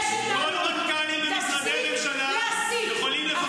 כל המנכ"לים במשרדי הממשלה יכולים לפטר פיטורים מינהליים על אי-התאמה.